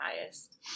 highest